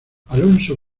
alonso